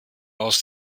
aus